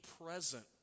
present